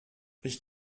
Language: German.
ich